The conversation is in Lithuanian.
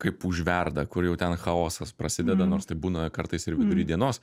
kaip užverda kur jau ten chaosas prasideda nors taip būna kartais ir vidury dienos